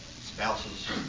spouses